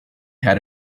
had